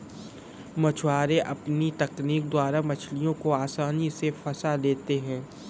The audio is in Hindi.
मछुआरे अपनी तकनीक द्वारा मछलियों को आसानी से फंसा लेते हैं